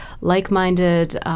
like-minded